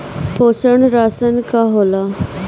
पोषण राशन का होला?